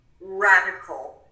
radical